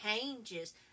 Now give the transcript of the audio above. changes